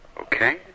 Okay